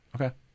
Okay